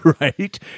Right